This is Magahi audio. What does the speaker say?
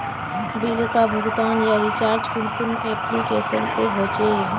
बिल का भुगतान या रिचार्ज कुन कुन एप्लिकेशन से होचे?